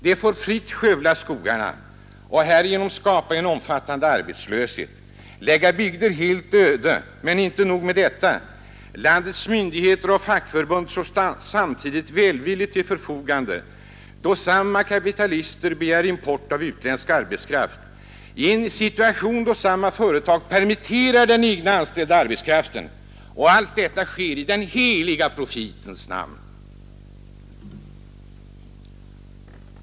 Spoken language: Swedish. De får skövla skogarna, skapa en omfattande arbetslöshet och lägga bygder helt öde. Men inte nog med detta, landets myndigheter och fackförbund står välvilligt till förfogande då samma kapitalister begär import av utländsk arbetskraft i en situation där samma företag permitterar den egna anställda arbetskraften. Allt detta sker i den heliga profitens namn.